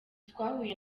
twahuye